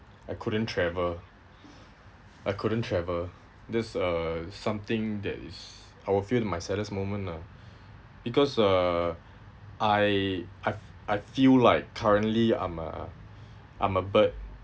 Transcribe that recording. I couldn't travel I couldn't travel this uh something that is I will feel my saddest moment lah because uh I I I feel like currently I'm a I'm a bird